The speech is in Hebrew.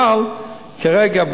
אבל כרגע,